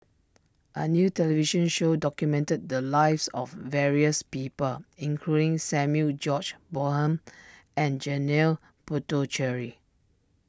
a new television show documented the lives of various people including Samuel George Bonham and Janil Puthucheary